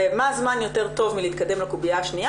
ומה הזמן היותר טוב להתקדם לקובייה השנייה,